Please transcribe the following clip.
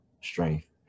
strength